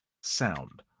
sound